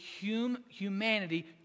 humanity